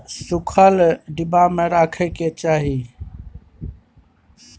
किशमिश केँ सुखल डिब्बा मे राखे कय चाही